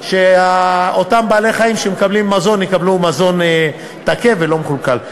שאותם בעלי-חיים שמקבלים מזון יקבלו מזון תקף ולא מקולקל.